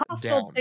down